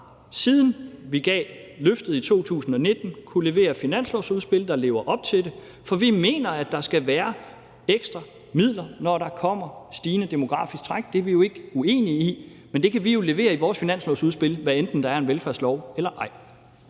siden vi gav løftet i 2019, kunnet levere finanslovsudspil, der lever op til det, for vi mener, at der skal være ekstra midler, når der kommer stigende demografisk træk. Det er vi jo ikke uenige i. Men det kan vi jo levere i vores finanslovsudspil, hvad enten der er en velfærdslov eller ej.